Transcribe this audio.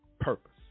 purpose